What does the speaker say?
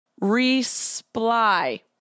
Resply